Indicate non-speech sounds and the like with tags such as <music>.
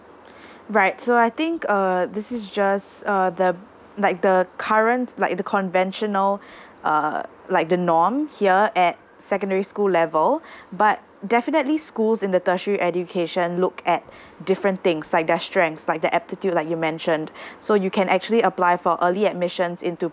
<breath> right so I think uh this is just uh the like the current like the conventional <breath> uh like the norm here at secondary school level <breath> but definitely schools in the tertiary education look at <breath> different things like their strengths like the aptitude like you mentioned <breath> so you can actually apply for early admissions into